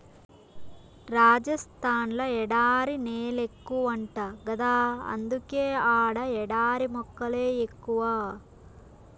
రాజస్థాన్ ల ఎడారి నేలెక్కువంట గదా అందుకే ఆడ ఎడారి మొక్కలే ఎక్కువ